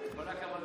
כל הכבוד, מתן.